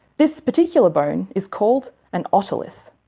this particular bone is called an otolith.